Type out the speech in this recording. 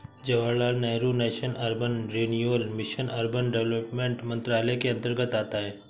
Jawaharlal Nehru National Urban Renewal Mission Urban Development मंत्रालय के अंतर्गत आता है